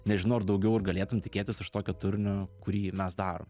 nežinau ar daugiau ir galėtum tikėtis iš tokio turinio kurį mes darom